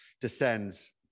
descends